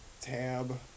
Tab